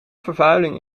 vervuiling